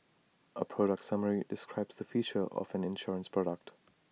A product summary describes the features of an insurance product